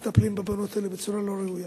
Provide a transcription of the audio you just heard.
מטפלים בבנות האלה בצורה לא ראויה.